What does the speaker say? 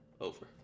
Over